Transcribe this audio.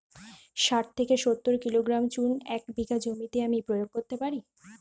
শাঠ থেকে সত্তর কিলোগ্রাম চুন এক বিঘা জমিতে আমি প্রয়োগ করতে পারি?